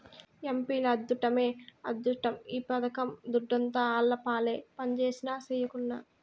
ఎంపీల అద్దుట్టమే అద్దుట్టం ఈ పథకం దుడ్డంతా ఆళ్లపాలే పంజేసినా, సెయ్యకున్నా